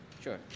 Sure